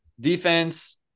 Defense